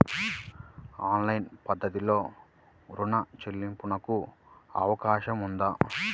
Online పద్ధతిలో రుణ చెల్లింపునకు అవకాశం ఉందా?